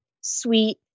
sweet